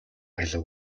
хэлэв